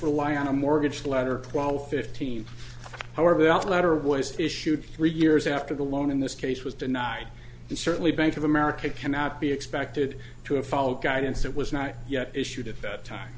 rely on a mortgage lender while fifteen however the outlet or waste issued three years after the loan in this case was denied and certainly bank of america cannot be expected to follow guidance that was not yet issued at that time